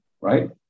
right